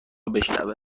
بشنوه